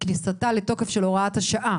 כניסתה לתוקף של הוראת השעה.